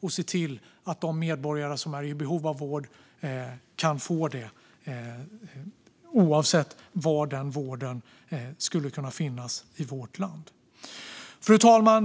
så att vi kan se till att de medborgare som är i behov av vård kan få det oavsett var den vården finns i vårt land. Fru talman!